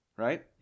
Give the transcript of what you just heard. right